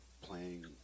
playing